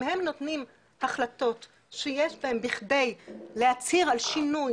אם הם נותנים החלטות שיש בהם בכדי להצהיר על שינוי